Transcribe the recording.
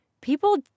people